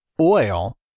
oil